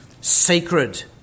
sacred